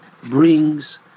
brings